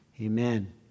amen